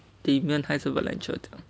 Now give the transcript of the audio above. damian 他是 valencia